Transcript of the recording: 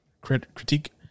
Critique